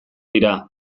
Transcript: dira